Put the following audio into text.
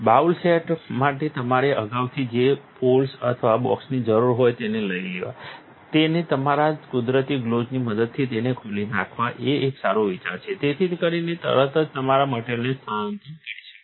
bowl set માટે તમારે અગાઉથી જે પોલ્સ અથવા બોક્સની જરૂર હોય તેને લઈ લેવા તેને તમારા કુદરતી ગ્લોવ્સની મદદથી તેને ખોલી નાખવા એ એક સારો વિચાર છે જેથી કરીને તમે તરત જ તમારા મટીરિયલને સ્થાનાંતરિત કરી શકો